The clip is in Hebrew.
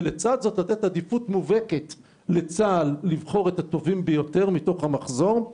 ולצד זאת לתת עדיפות מובהקת לצה"ל לבחור את הטובים ביותר מתוך המחזור.